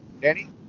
Danny